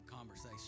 conversation